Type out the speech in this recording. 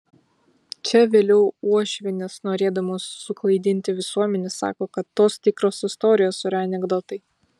čia vėliau uošvienės norėdamos suklaidinti visuomenę sako kad tos tikros istorijos yra anekdotai